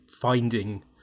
finding